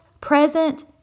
present